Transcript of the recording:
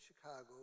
Chicago